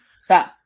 Stop